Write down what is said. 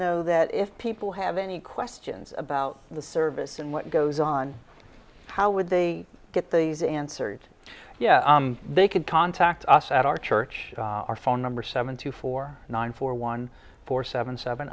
know that if people have any questions about the service and what goes on how would they get these answered yeah they could contact us at our church our phone number seven two four nine four one four seven seven